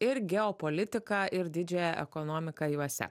ir geopolitiką ir didžiąją ekonomiką juose